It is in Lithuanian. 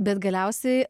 bet galiausiai